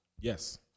Yes